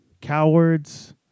cowards